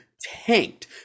tanked